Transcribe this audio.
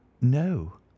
no